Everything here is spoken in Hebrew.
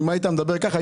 אם היית מדבר ככה,